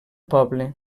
poble